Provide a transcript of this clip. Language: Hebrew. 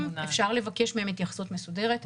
אפשר לבקש מהם התייחסות מסודרת.